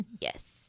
Yes